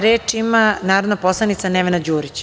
Reč ima narodna poslanica Nevena Đurić.